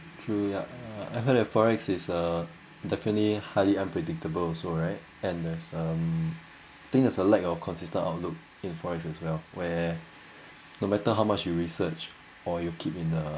few ya I heard a FOREX is uh definitely highly unpredictable also right and there's um thing there's a lack of consistent outlook in FOREX as well where no matter how much you research or you keep in a